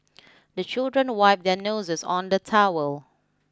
the children wipe their noses on the towel